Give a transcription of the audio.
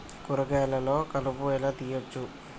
కూరగాయలలో కలుపు ఎలా తీయచ్చు?